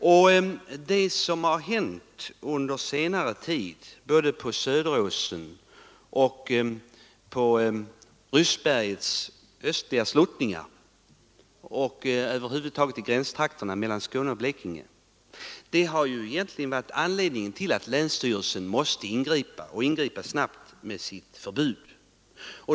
Och vad som hänt under senare tid både på Söderåsen och på Ryssbergets östliga sluttningar — eller över huvud taget i gränstrakterna mellan Skåne och Blekinge — har varit den egentliga anledningen till att länstyrelsen blivit tvungen att ingripa snabbt med sitt förbud.